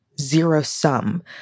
zero-sum